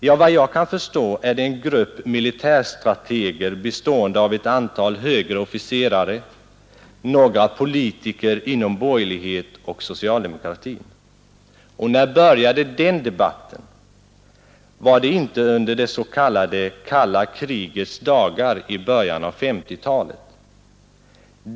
Ja, vad jag kan förstå är det en grupp militärstrateger, bestående av ett antal högre officerare samt några politiker inom borgerlighet och socialdemokrati. När började den debatten? Var det inte under det s.k. kalla krigets dagar i början av 1950-talet?